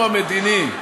המדיני.